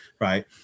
right